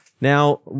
Now